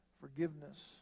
forgiveness